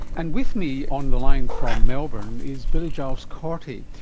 and with me on the line from melbourne is billie giles-corti.